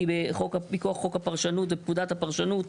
כי בחוק הפרשנות ופקודת הפרשנות,